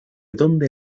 donde